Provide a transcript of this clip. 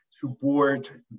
support